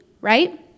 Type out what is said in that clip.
right